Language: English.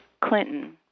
Clinton